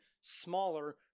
smaller